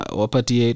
wapati